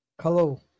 hello